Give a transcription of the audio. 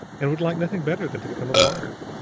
and would like nothing better than to become a martyr.